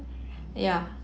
yeah